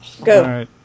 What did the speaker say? Go